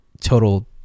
total